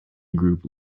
group